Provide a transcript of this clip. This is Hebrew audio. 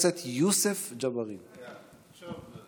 החולנית של נתניהו עם ההפגנות אלא לדבר על כל הדברים המאוד-מסוכנים